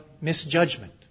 misjudgment